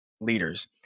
leaders